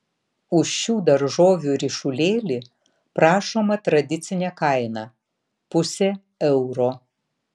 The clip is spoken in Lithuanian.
už šių daržovių ryšulėlį prašoma tradicinė kaina pusė euro